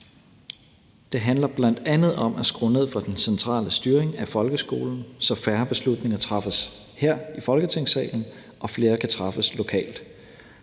Det handler bl.a. om at skrue ned for den centrale styring af folkeskolen, så færre beslutninger træffes her i Folketingssalen og flere kan træffes lokalt.